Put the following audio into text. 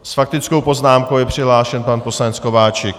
S faktickou poznámkou je přihlášen pan poslanec Kováčik.